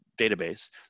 database